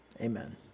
amen